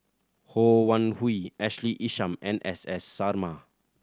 Ho Wan Hui Ashley Isham and S S Sarma